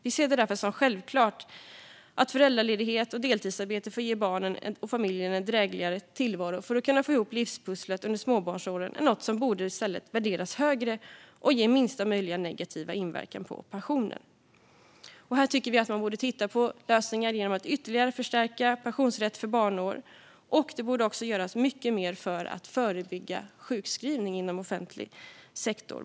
Vi ser det därför som självklart att föräldraledighet och deltidsarbete för att ge barnen och familjerna en drägligare tillvaro och för att kunna få ihop livspusslet under småbarnsåren är något som i stället borde värderas högre och ha minsta möjliga negativa inverkan på pensionen. Här tycker vi att man borde titta på lösningar genom att ytterligare förstärka pensionsrätten för barnår, och det borde också göras mer för att förebygga sjukskrivning inom offentlig sektor.